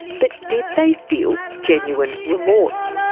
but did they feel genuine remorse?